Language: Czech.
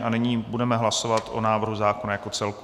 A nyní budeme hlasovat o návrhu zákona jako celku.